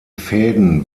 fäden